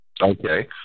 Okay